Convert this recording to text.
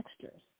textures